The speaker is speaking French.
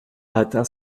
atteint